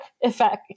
effect